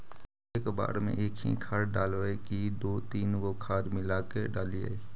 एक बार मे एकही खाद डालबय की दू तीन गो खाद मिला के डालीय?